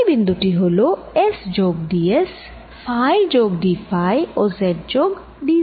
আগামি বিন্দু টি হল S যোগ dS ফাই যোগ dফাই ও z যোগ dz